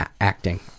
acting